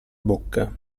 bocca